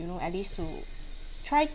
you know at least to try